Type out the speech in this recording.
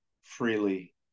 freely